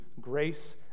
grace